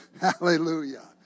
Hallelujah